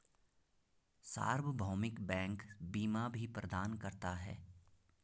सार्वभौमिक बैंक बीमा भी प्रदान करता है